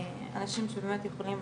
או מאנשים שבאמת יכולים